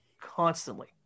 constantly